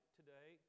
today